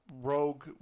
Rogue